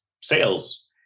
sales